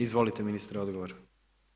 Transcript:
Izvolite ministre, odgovor.